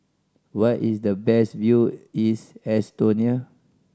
where is the best view Estonia